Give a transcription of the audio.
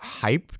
hyped